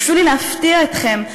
הרשו לי להפתיע אתכם,